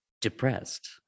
depressed